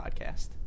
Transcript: podcast